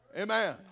Amen